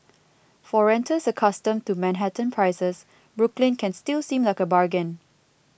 for renters accustomed to Manhattan prices Brooklyn can still seem like a bargain